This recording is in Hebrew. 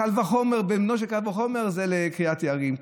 קל וחומר בן-בנו של קל וחומר בקריית יערים,